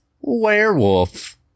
Werewolf